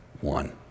one